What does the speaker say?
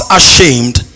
ashamed